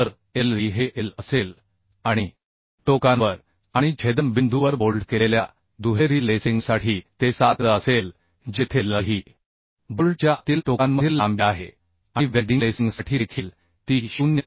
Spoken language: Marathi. तर L e हे L असेल आणि टोकांवर आणि छेदनबिंदूवर बोल्ट केलेल्या दुहेरी लेसिंगसाठी ते 7 L असेल जेथे L e ही बोल्टच्या आतील टोकांमधील लांबी आहे आणि वेल्डिंग लेसिंगसाठी देखील ती 0